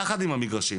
יחד עם המגרשים.